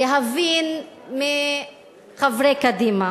להבין מחברי קדימה